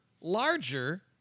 larger